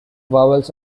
vowels